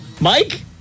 Mike